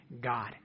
God